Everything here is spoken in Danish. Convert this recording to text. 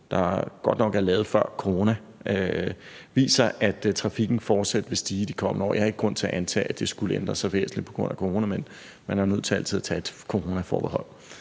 der godt nok er lavet før corona, viser, at trafikken fortsat vil stige i de kommende år; jeg har ikke grund til at antage, at det skulle ændre sig væsentligt på grund af corona, men man er jo nødt til altid at komme med et forbehold.